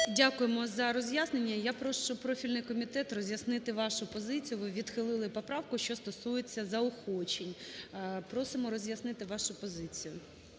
Дякуємо за роз'яснення. Я прошу профільний комітет роз'яснити вашу позицію. Ви відхилили поправку, що стосується заохочень. Просимо роз'яснити вашу позицію.